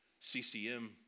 CCM